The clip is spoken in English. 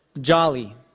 jolly